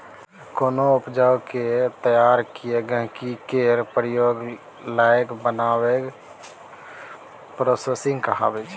कोनो उपजा केँ तैयार कए गहिंकी केर प्रयोग लाएक बनाएब प्रोसेसिंग कहाबै छै